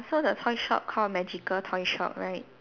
so the toy shop call magical toy shop right